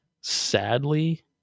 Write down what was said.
Sadly